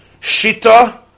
Shita